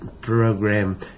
program